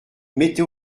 mettez